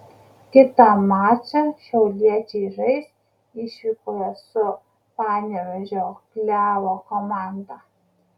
kitą mačą šiauliečiai žais išvykoje su panevėžio klevo komanda